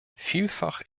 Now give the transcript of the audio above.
vielfach